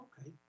okay